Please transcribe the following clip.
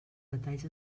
detalls